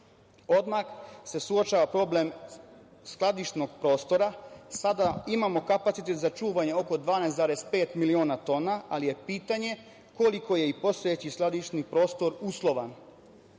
Odmah se uočava problem skladišnog prostora. Sada imamo kapacitete za čuvanje oko 12,5 miliona tona, ali je pitanje koliko je i postojeći skladišni prostor uslovan. Dobra